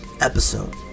episode